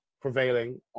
prevailing